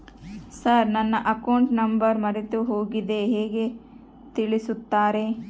Sir ನನ್ನ account number ಮರೆತುಹೋಗಿದೆ ಹೇಗೆ ತಿಳಿಸುತ್ತಾರೆ?